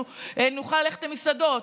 אנחנו נוכל ללכת למסעדות,